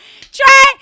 Try